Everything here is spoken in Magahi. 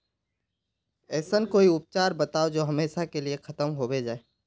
ऐसन कोई उपचार बताऊं जो हमेशा के लिए खत्म होबे जाए?